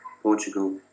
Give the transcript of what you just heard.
Portugal